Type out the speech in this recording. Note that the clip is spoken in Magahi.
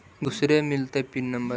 दुसरे मिलतै पिन नम्बर?